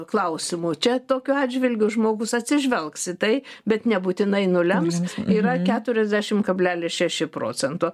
klausimų čia tokiu atžvilgiu žmogus atsižvelgs į tai bet nebūtinai nulems yra keturiasdešim kablelis šeši procento